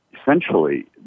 essentially